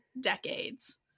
decades